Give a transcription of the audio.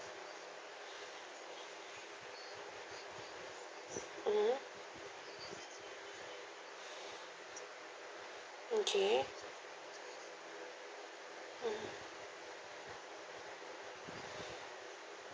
mmhmm okay ah